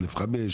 א.5,